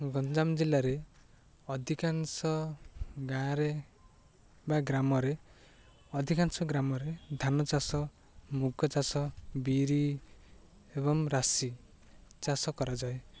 ଗଞ୍ଜାମ ଜିଲ୍ଲାରେ ଅଧିକାଂଶ ଗାଁରେ ବା ଗ୍ରାମରେ ଅଧିକାଂଶ ଗ୍ରାମରେ ଧାନ ଚାଷ ମୁଗ ଚାଷ ବିରି ଏବଂ ରାଶି ଚାଷ କରାଯାଏ